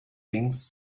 rings